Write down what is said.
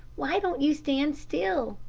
why don't you stand still?